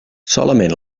solament